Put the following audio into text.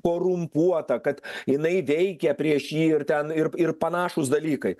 korumpuota kad jinai veikia prieš jį ir ten ir ir panašūs dalykai